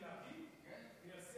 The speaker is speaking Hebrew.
הולך ופוחת